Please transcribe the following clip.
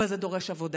אבל זה דורש עבודה,